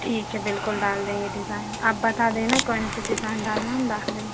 ठीक है बिल्कुल डाल देंगे डिज़ाइन आप बता देना कौन सी डिज़ाइन डालना हम डाल देंगे